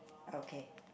okay